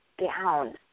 down